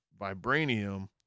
Vibranium